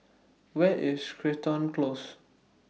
Where IS Crichton Close